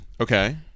Okay